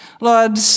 Lord